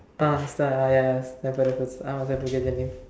ah sta ah ya ya Stamford Raffles I must have forget the name